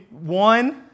One